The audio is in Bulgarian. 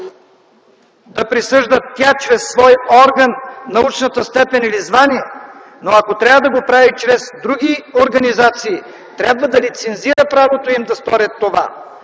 да присъжда тя чрез свой орган научната степен или звание. Но ако трябва да го прави чрез други организации, трябва да лицензира правото им да сторят това!